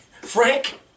Frank